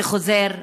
זה חוזר,